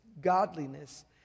godliness